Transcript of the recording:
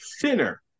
thinner